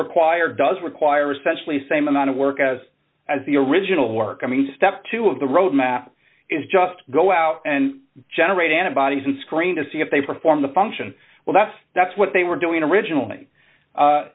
required does require essentially same amount of work as as the original work i mean step two of the roadmap is just go out and generate antibodies and screen to see if they perform the function well that's that's what they were doing originally